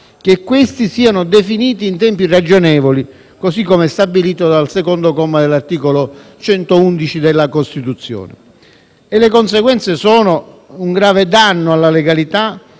che questi siano definiti in tempi ragionevoli, così come stabilito dal secondo comma dell'articolo 111 della Costituzione. Le conseguenze sono un grave danno alla legalità,